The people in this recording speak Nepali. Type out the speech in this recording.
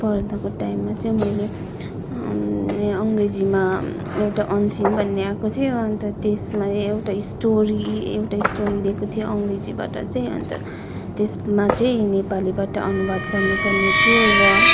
पढ्दाको टाइममा चाहिँ मैले अङ्ग्रेजीमा एउटा अनसिन भन्ने आएको थियो अन्त त्यसमा एउटा स्टोरी एउटा स्टोरी दिएको थियो अङ्ग्रेजीबाट चाहिँ अन्त त्यसमा चाहिँ नेपालीबाट अनुवाद गर्नुपर्ने थियो र